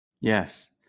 Yes